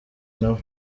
nabo